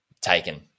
taken